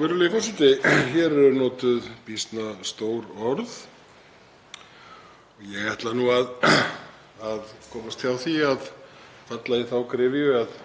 Virðulegi forseti. Hér eru notuð býsna stór orð. Ég ætla nú að komast hjá því að falla í þá gryfju að